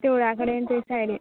देवळा कडेन थंय सायडीन